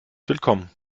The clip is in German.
willkommen